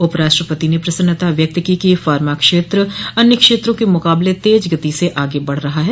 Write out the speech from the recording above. उप राष्ट्रपति ने प्रसन्नता व्यक्त की कि फार्मा क्षेत्र अन्य क्षेत्रों के मुकाबले तेज गति से आगे बढ़ रहा है